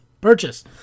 purchase